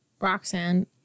Roxanne